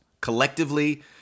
Collectively